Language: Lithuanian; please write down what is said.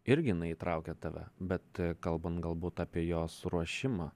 irgi jinai įtraukia tave bet kalbant galbūt apie jos ruošimą